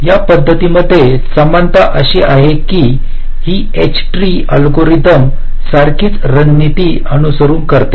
या पद्धतीमध्ये समानता अशी आहे कीही एच ट्री अल्गोरिदम सारखीच रणनीती अनुसरण करते